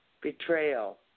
betrayal